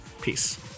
peace